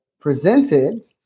presented